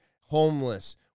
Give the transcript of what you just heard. homeless